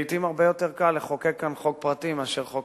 לעתים הרבה יותר קל לחוקק כאן חוק פרטי מאשר חוק